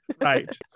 Right